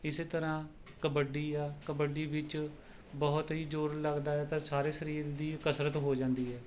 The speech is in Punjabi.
ਇਸੇ ਤਰ੍ਹਾਂ ਕਬੱਡੀ ਆ ਕਬੱਡੀ ਵਿੱਚ ਬਹੁਤ ਹੀ ਜ਼ੋਰ ਲੱਗਦਾ ਹੈ ਤਾਂ ਸਾਰੇ ਸਰੀਰ ਦੀ ਕਸਰਤ ਹੋ ਜਾਂਦੀ ਹੈ